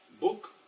Book